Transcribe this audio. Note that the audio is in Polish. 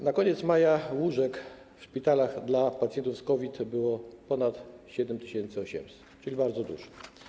Na koniec maja w szpitalach dla pacjentów z COVID było ponad 7800 łóżek, czyli bardzo dużo.